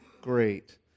great